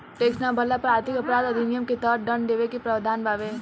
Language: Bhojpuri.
टैक्स ना भरला पर आर्थिक अपराध अधिनियम के तहत दंड देवे के प्रावधान बावे